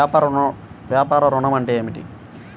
వ్యాపార ఋణం అంటే ఏమిటి?